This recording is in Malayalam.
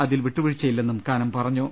അതിൽ വീട്ടുവീഴ്ചയില്ലെന്നും കാനം പറഞ്ഞു